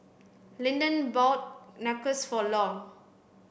Linden bought Nachos for Lou